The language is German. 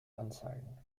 anzeigen